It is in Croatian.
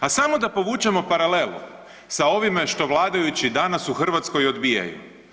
A samo da povučemo paralelu sa ovime što vladajući danas u Hrvatskoj odbijaju.